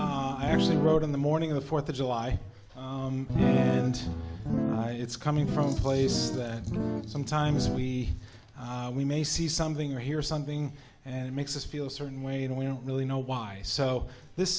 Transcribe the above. i actually wrote in the morning of the fourth of july and it's coming from places sometimes we we may see something or hear something and makes us feel a certain way and we don't really know why so this